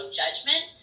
judgment